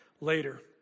later